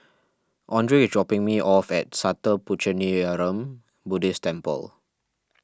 andrae is dropping me off at Sattha Puchaniyaram Buddhist Temple